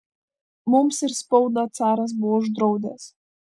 mums ir spaudą caras buvo uždraudęs